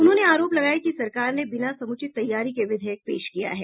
उन्होंने आरोप लगाया कि सरकार ने बिना समुचित तैयारी के विधेयक पेश किया है